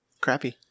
Crappy